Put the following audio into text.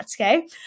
okay